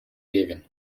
левин